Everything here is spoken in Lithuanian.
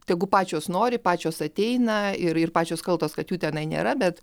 tegu pačios nori pačios ateina ir ir pačios kaltos kad jų tenai nėra bet